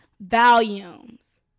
volumes